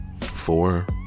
four